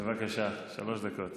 בבקשה, שלוש דקות.